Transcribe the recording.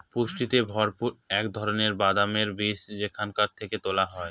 পুষ্টিতে ভরপুর এক ধরনের বাদামের বীজ যেখান থেকে তেল হয়